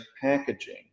packaging